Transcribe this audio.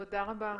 תודה רבה.